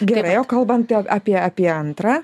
gerai o kalbant apie apie antrą